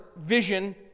vision